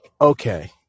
okay